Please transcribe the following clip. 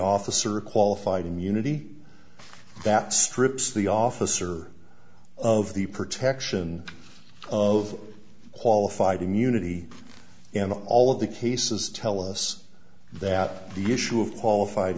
officer qualified immunity that strips the officer of the protection of qualified immunity and all of the cases tell us that the issue of qualified